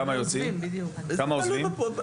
כמה עוזבים?